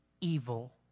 evil